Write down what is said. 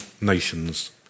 nations